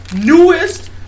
newest